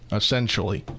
essentially